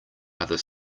other